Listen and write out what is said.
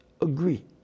agree